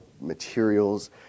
materials